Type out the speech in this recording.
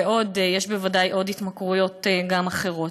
ויש בוודאי גם התמכרויות אחרות.